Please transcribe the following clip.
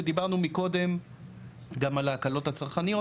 ודיברנו מקודם גם על ההקלות הצרכניות,